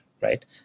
right